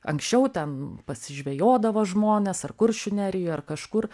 anksčiau ten pasižvejodavo žmonės ar kuršių nerijoj ar kažkur